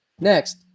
Next